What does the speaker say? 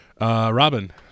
Robin